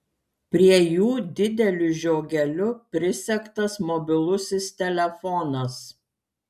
prie jų dideliu žiogeliu prisegtas mobilusis telefonas